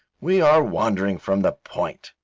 we are wondering from the point,